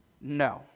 No